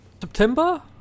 September